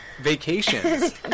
vacations